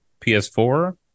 PS4